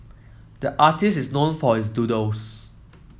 the artist is known for his doodles